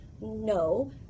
No